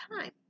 time